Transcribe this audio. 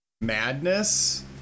madness